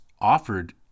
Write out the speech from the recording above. offered